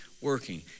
working